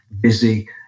busy